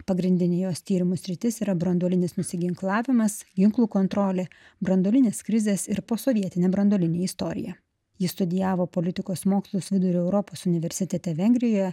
pagrindinė jos tyrimo sritis yra branduolinis nusiginklavimas ginklų kontrolė branduolinės krizės ir posovietinė branduolinė istorija jis studijavo politikos mokslus vidurio europos universitete vengrijoje